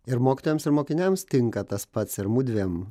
ir mokytojams ir mokiniams tinka tas pats ir mudviem